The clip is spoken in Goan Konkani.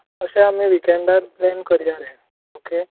अशें आमी विकेंडार प्लॅन करूया ऑके